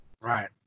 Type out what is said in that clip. Right